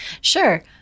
Sure